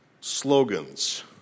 slogans